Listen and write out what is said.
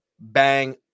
bang